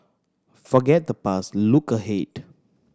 forget the past look ahead